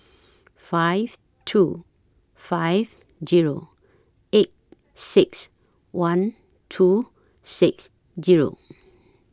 five two five Zero eight six one two six Zero